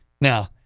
Now